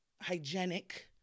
hygienic